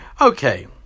Okay